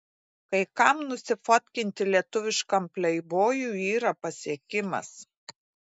kai kam nusifotkinti lietuviškam pleibojui yra pasiekimas